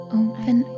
open